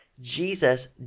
Jesus